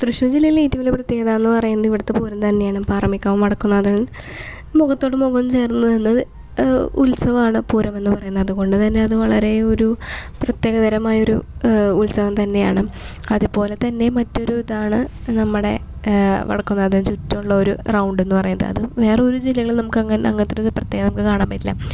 തൃശ്ശൂർ ജില്ലയിലെ ഏറ്റവും വലിയ പ്രത്യേകത എന്ന് പറയുന്നത് ഇവിടുത്തെ പൂരം തന്നെയാണ് പാറമേക്കാവും വടക്കും നാഥനും മുഖത്തോട് മുഖം ചേർന്ന് നിന്ന് ഉത്സവമാണ് പൂരമെന്ന് പറയുന്നത് അതുകൊണ്ട് തന്നെ അത് വളരെ ഒരു പ്രത്യേകതരമായൊരു ഉത്സവം തന്നെയാണ് അതുപോലെ തന്നെ മറ്റൊരുതാണ് നമ്മുടെ വടക്കും നാഥന് ചുറ്റും ഉള്ളൊരു റൗണ്ടെന്ന് പറയുന്നത് അത് വേറൊരു ജില്ലകളിലും നമുക്ക് അങ്ങനത്തൊരു പ്രത്യേകത കാണാൻ പറ്റില്ല